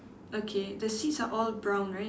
okay the seats are all brown right